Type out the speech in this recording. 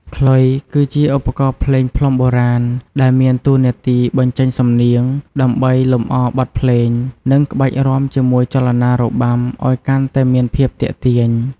ខ្លុយ គឺជាឧបករណ៍ភ្លេងផ្លុំបុរាណ ដែលមានតួនាទីបញ្ចេញសំនៀង ដើម្បីលម្អបទភ្លេង និងក្បាច់រាំជាមួយចលនារបាំ ឲ្យកាន់តែមានភាពទាក់ទាញ។